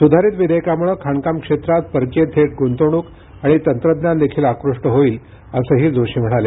सुधारित विधेयकामुळे खाणकाम क्षेत्रात परकीय थेट गुंतवणूक आणि तंत्रज्ञान देखील आकृष्ट होईल असेही जोशी म्हणाले